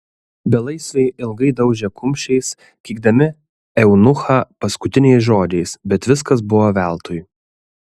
belaisviai ilgai daužė kumščiais keikdami eunuchą paskutiniais žodžiais bet viskas buvo veltui